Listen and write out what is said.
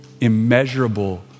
immeasurable